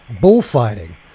bullfighting